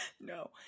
No